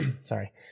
sorry